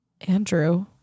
andrew